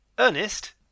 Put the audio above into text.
Ernest